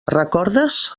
recordes